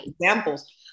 examples